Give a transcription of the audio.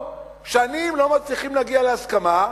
שנים לא מצליחים להגיע להסכמה,